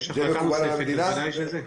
זה מקובל על המדינה?